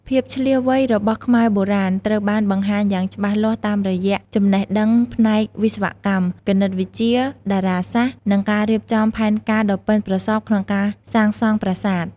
ភាពឈ្លាសវៃរបស់ខ្មែរបុរាណត្រូវបានបង្ហាញយ៉ាងច្បាស់លាស់តាមរយៈចំណេះដឹងផ្នែកវិស្វកម្ម គណិតវិទ្យា តារាសាស្ត្រ និងការរៀបចំផែនការដ៏ប៉ិនប្រសប់ក្នុងការសាងសង់ប្រាសាទ។